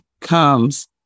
comes